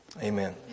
Amen